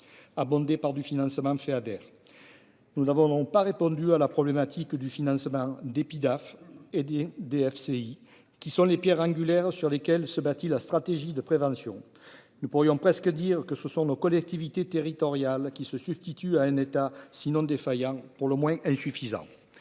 abondé par du financement MCA vers nous avons n'ont pas répondu à la problématique du financement d'épitaphe DFCI qui sont les pierres angulaires sur lesquels se bâtit la stratégie de prévention, nous pourrions presque dire que ce sont nos collectivités territoriales qui se substitue à un état sinon défaillant pour le moins insuffisant.